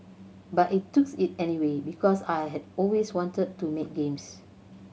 but it took it anyway because I had always wanted to make games